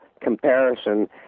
comparison